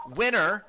winner